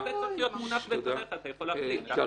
זה צריך להיות מונח בפניך ואתה יכול להחליט --- תודה.